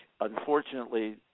unfortunately